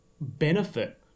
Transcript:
benefit